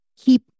keep